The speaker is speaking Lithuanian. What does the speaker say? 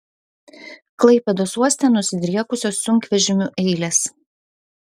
klaipėdos uoste nusidriekusios sunkvežimių eilės